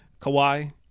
Kawhi